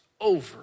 over